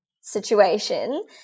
situation